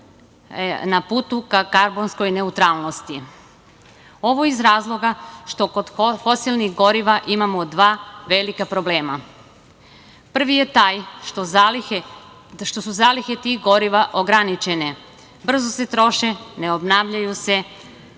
na putu ka karbonskoj neutralnosti. Ovo iz razloga što kod fosilnih goriva imamo dva velika problema. Prvi je taj što su zalihe tih goriva ograničene, brzo se troše, ne obnavljaju se,